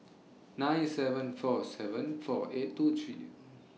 nine seven four seven four eight two three